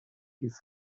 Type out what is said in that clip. his